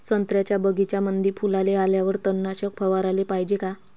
संत्र्याच्या बगीच्यामंदी फुलाले आल्यावर तननाशक फवाराले पायजे का?